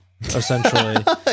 essentially